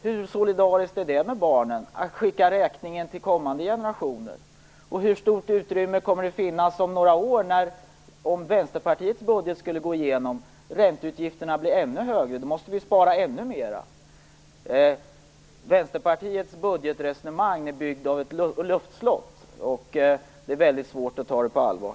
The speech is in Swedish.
Vilken solidaritet visar man mot barnen, om man skickar räkningen till kommande generationer? Och hur stort utrymme kommer det att finnas om några år, om Vänsterpartiets budget skulle gå igenom och ränteutgifterna blev ännu högre? Då måste vi spara ännu mera. Vänsterpartiets budgetresonemang är ett luftslott och väldigt svårt att ta på allvar.